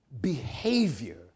behavior